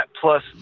plus